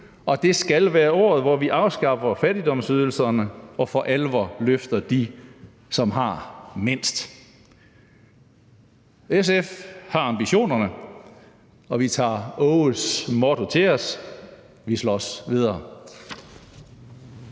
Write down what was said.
og det skal være året, hvor vi afskaffer fattigdomsydelserne og for alvor løfter dem, som har mindst. SF har ambitionerne, og vi tager Aages motto til os. Vi slås videre.